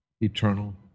eternal